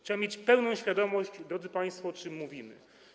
Trzeba mieć pełną świadomość, drodzy państwo, o czym mówimy.